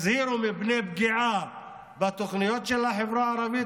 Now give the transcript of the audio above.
הזהירו מפני פגיעה בתוכניות של החברה הערבית,